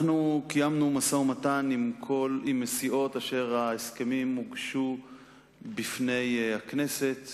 אנחנו קיימנו משא-ומתן עם הסיעות אשר ההסכמים עמן הוגשו בפני הכנסת